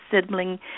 sibling